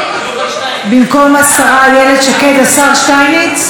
במקום השרה איילת שקד, השר שטייניץ?